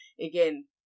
again